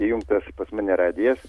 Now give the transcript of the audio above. įjungtas pas mane radijas